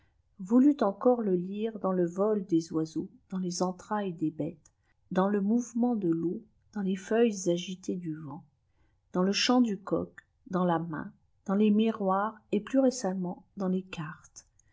voulut encore le lire dans le vol des oiseaux dans les entrailles des bêtes dans le mouvement de teau dsâhs lés feuilles agitées du vent dans le chant du coq dans la hiéih dopsles miroirs et plus récemment dans les cartes